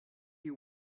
you